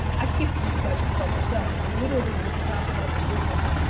i can't believe you guys just brought this up. literally we're chopping up a business